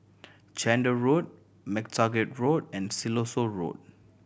Chander Road MacTaggart Road and Siloso Road